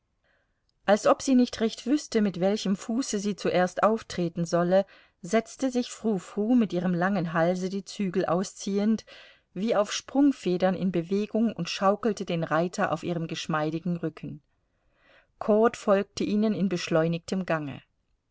als ob sie nicht recht wüßte mit welchem fuße sie zuerst auftreten solle setzte sich frou frou mit ihrem langen halse die zügel ausziehend wie auf sprungfedern in bewegung und schaukelte den reiter auf ihrem geschmeidigen rücken cord folgte ihnen in beschleunigtem gange